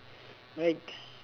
right